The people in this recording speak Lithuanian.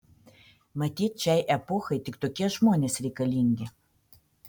matyt šiai epochai tik tokie žmonės reikalingi